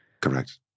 Correct